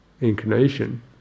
inclination